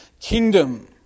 kingdom